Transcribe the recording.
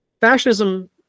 fascism